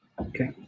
Okay